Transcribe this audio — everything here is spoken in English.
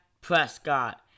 Prescott